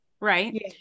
Right